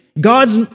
God's